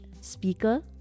speaker